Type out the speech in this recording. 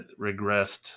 regressed